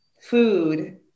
food